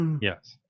Yes